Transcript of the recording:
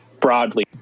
broadly